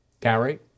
Gary